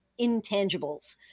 intangibles